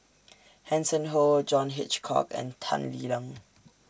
Hanson Ho John Hitchcock and Tan Lee Leng